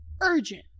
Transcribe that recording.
urgent